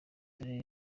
dore